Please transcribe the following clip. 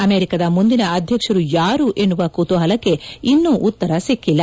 ಅಮೆರಿಕದ ಮುಂದಿನ ಅಧ್ಯಕ್ಷರು ಯಾರು ಎನ್ನುವ ಕುತೂಹಲಕ್ಕೆ ಇನ್ನು ಉತ್ತರ ಸಿಕ್ಕಲ್ಲ